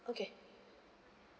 okay